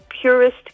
Purist